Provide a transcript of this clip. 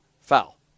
foul